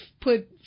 put